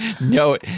No